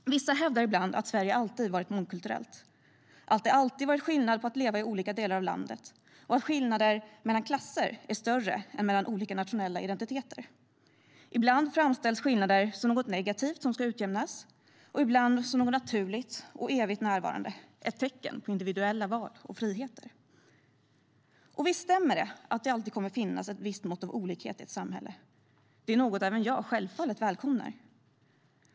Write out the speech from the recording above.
Vissa hävdar ibland att Sverige alltid varit mångkulturellt, att det alltid varit skillnad på att leva i olika delar av landet och att skillnader mellan klasser är större än mellan olika nationella identiteter. Ibland framställs skillnader som något negativt som ska utjämnas, ibland som något naturligt och evigt närvarande - ett tecken på individuella val och friheter. Och visst stämmer det att det alltid kommer att finnas ett visst mått av olikhet i ett samhälle. Det är något som även jag självfallet välkomnar.